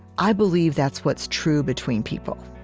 i believe that's what's true between people.